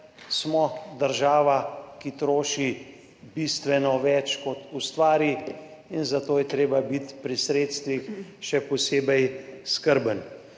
smo država, ki troši bistveno več, kot ustvari, in zato je treba biti pri sredstvih še posebej skrben.